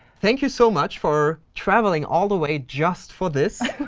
thank you, so much, for traveling all the way just for this.